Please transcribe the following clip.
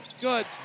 Good